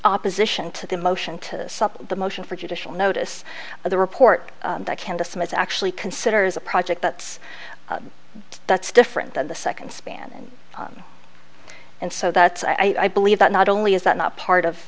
opposition to the motion to the motion for judicial notice of the report that can dismiss actually considers a project that's that's different than the second span and so that's i believe that not only is that not part of